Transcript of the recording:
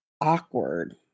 Awkward